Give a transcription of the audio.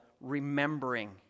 remembering